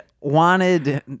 wanted